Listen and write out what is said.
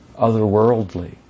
otherworldly